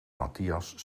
matthias